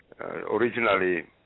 Originally